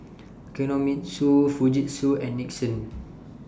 Kinohimitsu Fujitsu and Nixon